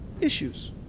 issues